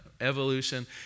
evolution